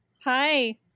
Hi